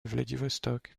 vladivostok